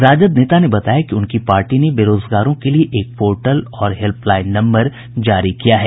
राजद नेता ने बताया कि उनकी पार्टी ने बेरोजगारों के लिए एक पोर्टल और हेल्पलाईन नम्बर जारी किया है